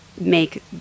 make